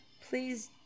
Please